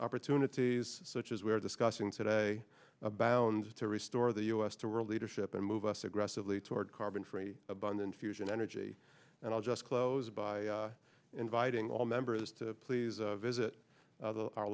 opportunities such as we are discussing today a bound to restore the u s to world leadership and move us aggressively toward carbon free abundant fusion energy and i'll just close by inviting all members to please visit o